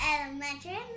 elementary